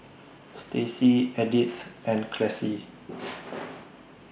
Stacey Edythe and Classie